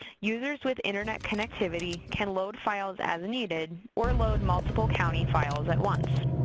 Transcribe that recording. users with internet connectivity can load files as needed, or load multiple county files at once.